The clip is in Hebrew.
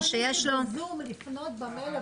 כל מי שב-זום, אפשר לפנות לוועדה